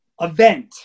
event